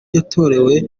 yatorewe